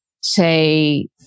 say